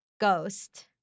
ghost